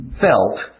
felt